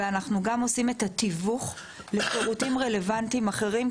ואנחנו גם עושים את התיווך לשירותים רלוונטיים אחרים,